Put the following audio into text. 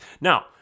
Now